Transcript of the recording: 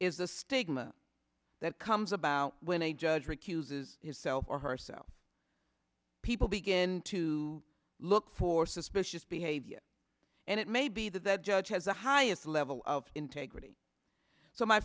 a stigma that comes about when a judge recuses is so or herself people begin to look for suspicious behavior and it may be that that judge has the highest level of integrity so my